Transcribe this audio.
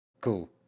Cool